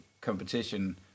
competition